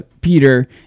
Peter